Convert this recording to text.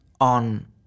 on